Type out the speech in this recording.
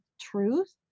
truth